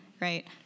right